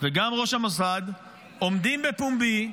וגם ראש המוסד עומדים בפומבי,